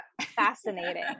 fascinating